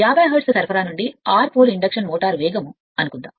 50 hertz సరఫరా నుండి 6 pole induction motor వేగం అనుకుందాం